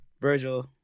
virgil